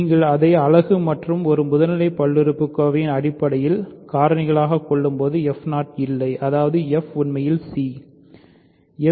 நீங்கள் அதை அலகு மற்றும் ஒரு முதல்நிலை பல்லுறுப்புக்கோவை அடிப்படையில் காரணியாகக் கொள்ளும்போது இல்லை அதாவது f உண்மையில் c